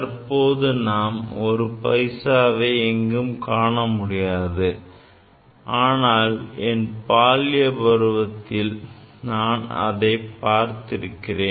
தற்போது நாம் ஒரு பைசாவை எங்கேயும் காண முடியாது ஆனால் என் பால்ய பருவத்தில் நான் அதை பார்த்திருக்கிறேன்